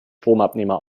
stromabnehmer